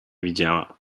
widziała